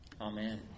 Amen